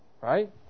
Right